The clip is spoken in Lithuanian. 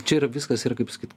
čia yra viskas yra kaip sakyt